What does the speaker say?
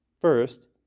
First